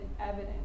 evidence